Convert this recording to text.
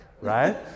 right